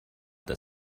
that